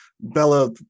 Bella